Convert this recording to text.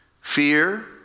fear